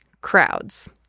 crowds